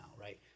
right